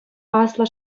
аслӑ